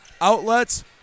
Outlets